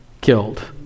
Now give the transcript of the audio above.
killed